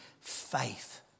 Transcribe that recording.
faith